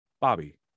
Bobby